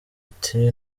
ati